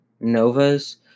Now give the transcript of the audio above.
Novas